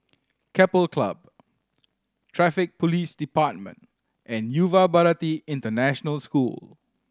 Keppel Club Traffic Police Department and Yuva Bharati International School